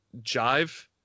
jive